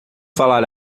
falar